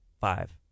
five